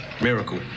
miracle